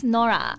Nora